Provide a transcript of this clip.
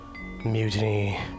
mutiny